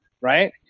right